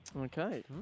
Okay